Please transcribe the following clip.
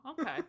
okay